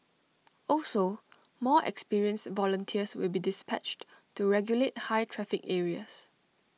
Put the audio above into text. also more experienced volunteers will be dispatched to regulate high traffic areas